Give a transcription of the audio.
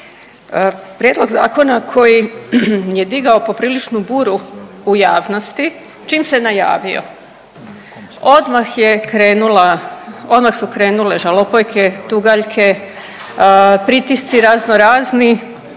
Prijedlog zakona koji je digao popriličnu buru u javnosti čim se najavio odmah je krenula, odmah su krenule žalopojke, tugaljke, pritisci razno razni.